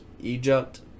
Egypt